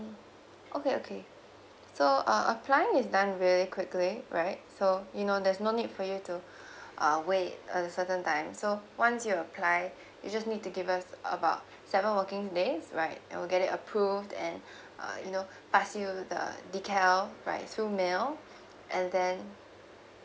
okay okay so uh applying is done very quickly right so you know there's no need for you to uh wait a certain time so once you apply you just need to give us about seven working days right we will get it approved and uh you know pass you the detail right through email and then